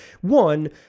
One